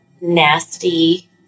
nasty